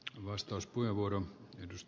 arvoisa puhemies